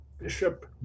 Bishop